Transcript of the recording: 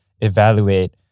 evaluate